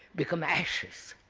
become ashes.